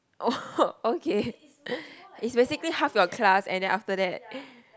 oh okay is basically half your class and then after that